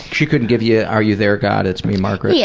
she couldn't give you are you there god? it's me, margaret'? yeah